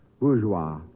Bourgeois